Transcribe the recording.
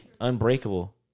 Unbreakable